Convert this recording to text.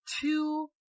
two